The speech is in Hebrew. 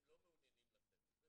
הם לא מעוניינים לתת את זה.